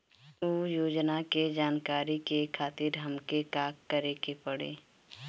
उ योजना के जानकारी के खातिर हमके का करे के पड़ी?